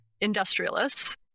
industrialists